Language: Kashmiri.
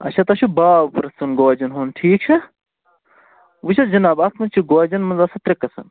اَچھا تۄہہِ چھُو بھاو پِرٛژھُن گوجَن ہُنٛد ٹھیٖک چھا وٕچھ حظ جِناب اَتھ منٛز چھِ گوجَن منٛز آسان ترٛےٚ قٕسٕم